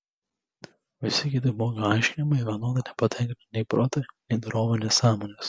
visi kiti blogio aiškinimai vienodai nepatenkina nei proto nei dorovinės sąmonės